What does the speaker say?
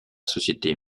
société